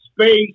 space